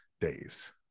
days